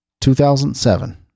2007